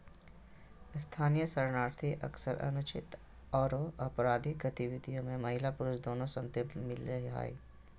स्थानीय शरणार्थी अक्सर अनुचित आरो अपराधिक गतिविधि में महिला पुरुष दोनों संलिप्त मिल हई